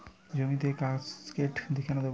জমিতে কাসকেড কেন দেবো?